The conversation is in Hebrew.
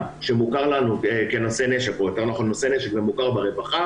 שמוכר לנו כנושא נשק או יותר נכון נושא נשק ומוכר ברווחה